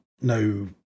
no